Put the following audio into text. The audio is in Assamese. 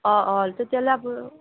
অ অ তেতিয়াহলে আপুন